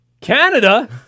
Canada